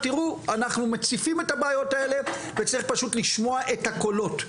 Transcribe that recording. אנחנו מציפים את הבעיות האלה וצריך פשוט לשמוע את הקולות.